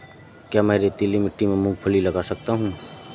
क्या मैं रेतीली मिट्टी में मूँगफली लगा सकता हूँ?